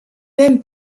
même